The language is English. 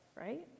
right